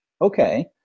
okay